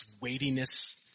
weightiness